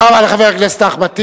תודה רבה לחבר הכנסת אחמד טיבי.